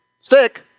stick